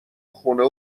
خونه